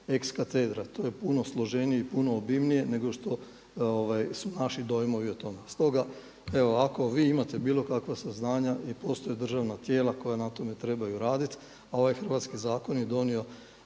ex cathedra. To je puno složenije i puno obimnije nego što su naši dojmovi o tome. Stoga evo ako vi imate bilo kakva saznanja i postoje državna tijela koja na tome trebaju raditi, a ovaj hrvatski zakon je donio